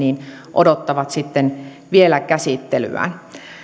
odottavat sitten vielä käsittelyään